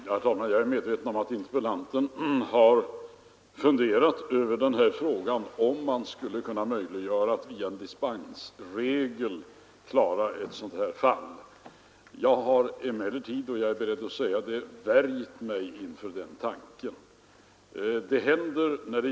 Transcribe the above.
Herr talman! Jag är medveten om att interpellanten har funderat över frågan om man via en dispensregel skulle kunna klara ett sådant här fall av förmögenhetsbeskattning. Jag har emellertid värjt mig inför den tanken.